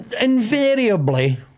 invariably